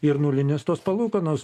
ir nulinės tos palūkanos